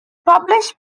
published